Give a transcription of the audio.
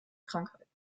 krankheiten